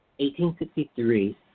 1863